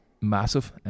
massive